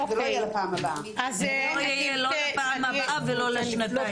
זה לא יהיה לא לפעם הבאה ולא לשנתיים הבאות.